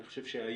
אני חושב שהיום,